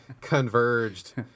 converged